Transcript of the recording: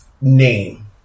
name